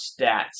stats